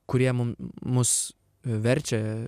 kurie mum mus verčia